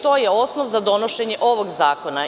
To je osnov za donošenje ovog zakona.